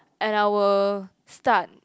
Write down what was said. and I will start